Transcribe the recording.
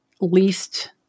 least